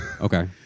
Okay